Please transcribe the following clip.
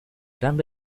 gran